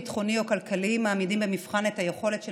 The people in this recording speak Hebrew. ביטחוני או כלכלי מעמידים במבחן את היכולת של